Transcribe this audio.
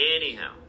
anyhow